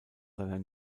seiner